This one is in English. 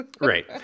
Right